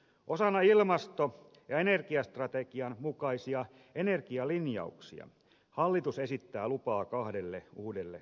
osana ilmasto ja energiastrategian mukaisia energialinjauksia hallitus esittää lupaa kahdelle uudelle ydinvoimalalle